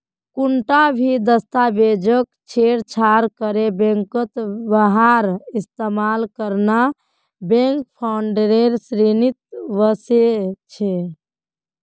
कुंटा भी दस्तावेजक छेड़छाड़ करे बैंकत वहार इस्तेमाल करना बैंक फ्रॉडेर श्रेणीत वस्छे